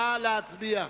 נא להצביע.